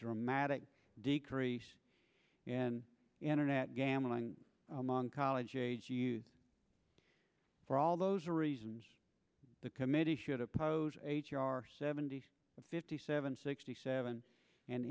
dramatic decrease in internet gambling among college age you for all those reasons the committee should oppose h r seventy six fifty seven sixty seven and